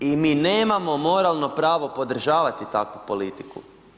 I mi nemamo moralno pravo podržavati takvu politiku.